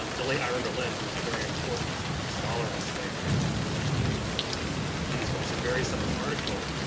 um the late ira berlin, who was a very important scholar on slavery in the nineteen eighty s, published a very seminal article.